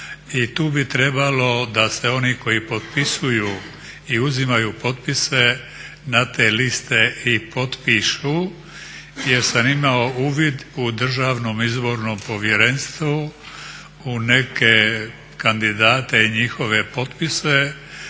I tu bi trebalo da se oni koji potpisuju i uzimaju potpise na te liste i potpišu jer sam imao uvid u Državnom izbornom povjerenstvu i neke kandidate i njihove potpise